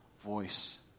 voice